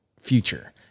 future